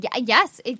Yes